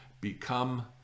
become